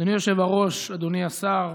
אדוני היושב-ראש, אדוני השר,